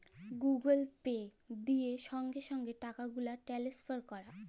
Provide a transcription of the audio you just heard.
Google pay দিয়ে সংগে সংগে টাকাগুলা টেলেসফার ক্যরা